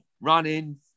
running